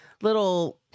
little